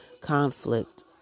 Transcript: conflict